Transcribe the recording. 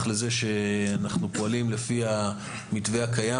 לזה שאנחנו פועלים לפי המתווה הקיים,